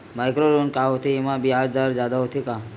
Micro loan का होथे येमा ब्याज दर जादा होथे का?